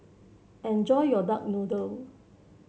enjoy your Duck Noodle